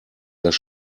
das